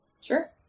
Sure